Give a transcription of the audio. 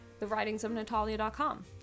thewritingsofnatalia.com